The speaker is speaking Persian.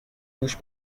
دوش